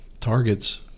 targets